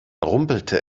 rumpelte